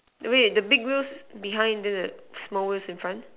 wait the big wheels behind then the small wheels in front